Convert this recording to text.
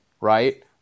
right